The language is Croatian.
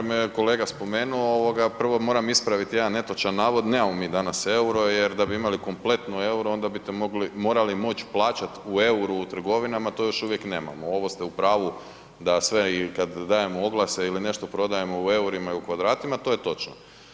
Imamo jer me kolega spomenuo ovoga prvo moram ispravit jedan netočan navod, nemamo mi danas EUR-o jer da bi imali kompletno EUR-o onda bite mogli, morali moć plaćat u EUR-u u trgovinama, to još uvijek nemamo, ovo ste u pravu da sve i kad dajemo oglase ili nešto prodajemo u EUR-ima i kvadratima to je točno.